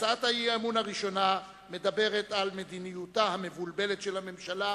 הצעת האי-אמון הראשונה מדברת על מדיניותה המבולבלת של הממשלה,